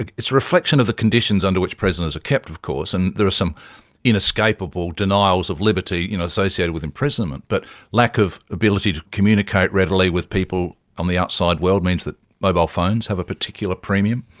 like it's a reflection of the conditions under which prisoners are kept of course and there are some inescapable denials of liberty you know associated with imprisonment, but lack of ability to communicate readily with people on the outside world means that mobile phones have a particular premium.